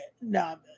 no